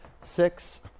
six